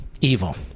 evil